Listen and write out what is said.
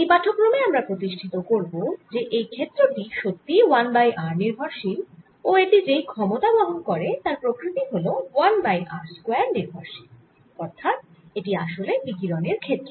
এই পাঠক্রমে আমরা প্রতিষ্ঠিত করব যে এই ক্ষেত্র টি সত্যিই 1 বাই r নির্ভরশীল ও এটি যেই ক্ষমতা বহন করে তার প্রকৃতি হল 1 বাই r স্কয়ার নির্ভরশীল অর্থাৎ এটি আসলে বিকিরণের ক্ষেত্র